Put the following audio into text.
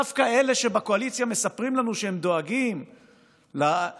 דווקא אלה בקואליציה שמספרים לנו שהם דואגים לילדים,